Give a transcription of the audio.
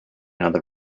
other